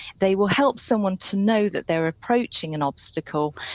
they will help someone to know that they're approaching an obstacle,